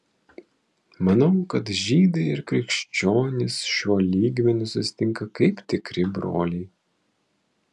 manau kad žydai ir krikščionys šiuo lygmeniu susitinka kaip tikri broliai